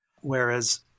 whereas